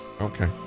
Okay